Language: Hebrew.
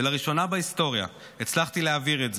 ולראשונה בהיסטוריה הצלחתי להעביר את זה,